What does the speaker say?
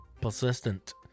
Persistent